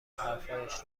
حرفهایش